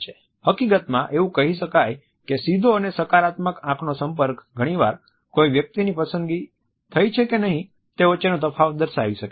હકીકતમાં એવું કહી શકાય કે સીધો અને સકારાત્મક આંખનો સંપર્ક ઘણીવાર કોઈ વ્યક્તિની પસંદગી થઈ છે કે નહિ તે વચ્ચેનો તફાવત દર્શાવી શકે છે